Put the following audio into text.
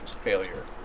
failure